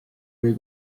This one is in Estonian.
või